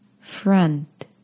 front